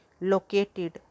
located